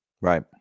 Right